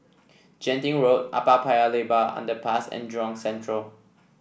Genting Road Upper Paya Lebar Underpass and Jurong Central